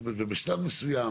בשלב מסוים,